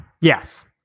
yes